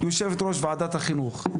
יושבת-ראש ועדת החינוך,